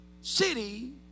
city